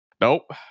Nope